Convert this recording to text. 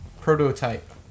Prototype